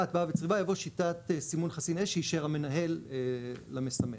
שיטת סימון חסין אש שאישר המנהל למסמן.